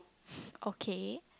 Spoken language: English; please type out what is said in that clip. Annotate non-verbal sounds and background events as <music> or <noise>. <breath> okay